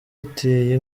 iteye